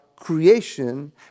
creation